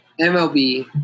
MLB